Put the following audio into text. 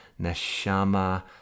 Neshama